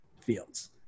fields